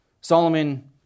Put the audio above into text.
Solomon